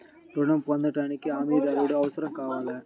ఋణం పొందటానికి హమీదారుడు అవసరం కావాలా?